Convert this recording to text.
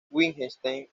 wittgenstein